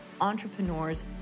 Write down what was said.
entrepreneurs